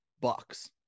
Bucks